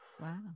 Wow